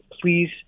please